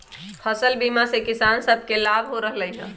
फसल बीमा से किसान सभके लाभ हो रहल हइ